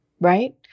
right